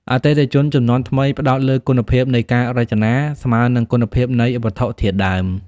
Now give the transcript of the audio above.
អតិថិជនជំនាន់ថ្មីផ្ដោតលើគុណភាពនៃ "ការរចនា" ស្មើនឹងគុណភាពនៃ "វត្ថុធាតុដើម"។